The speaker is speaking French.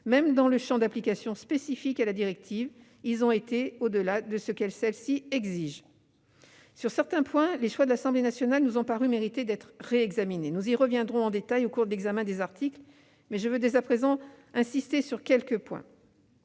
Même dans le champ d'application spécifique à la directive, ils ont été au-delà de ce que celle-ci exige. Sur certains points, les choix de l'Assemblée nationale nous ont paru devoir être réexaminés. Nous y reviendrons en détail au cours de l'examen des articles, mais je veux dès à présent insister sur trois éléments.